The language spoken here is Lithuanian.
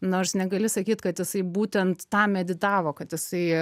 nors negali sakyt kad jisai būtent tam meditavo kad jisai